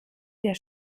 der